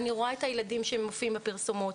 אני רואה את הילדים שמופיעים בפרסומות